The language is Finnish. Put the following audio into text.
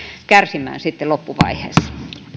kärsimään sitten loppuvaiheessa